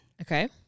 Okay